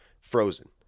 frozen